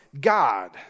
God